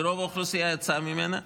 שרוב האוכלוסייה יצאה ממנה,